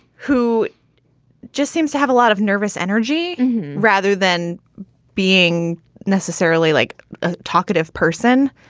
who just seems to have a lot of nervous energy rather than being necessarily like a talkative person.